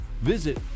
visit